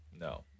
no